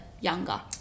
younger